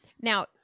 Now